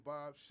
Bob